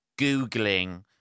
Googling